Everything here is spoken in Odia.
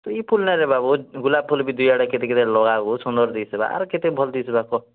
ତୁଇ ଏ ଫୁଲ୍ ନେରେ ବାବୁ ଗୁଲାପ୍ ଫୁଲ୍ ବି କେତେ ଆଡ଼େ ଲଗାବୁ ସୁନ୍ଦର୍ ଦିଶ୍ବା ଆର୍ କେତେ ଭଲ୍ ଦିଶ୍ବା କହ